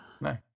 No